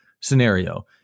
scenario